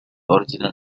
original